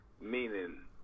Meaning